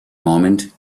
moment